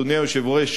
אדוני היושב-ראש,